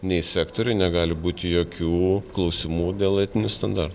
nei sektoriui negali būti jokių klausimų dėl etinių standartų